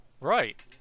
Right